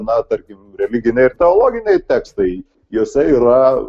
na tarkim religiniai ir teologiniai tekstai juose yra